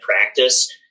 practice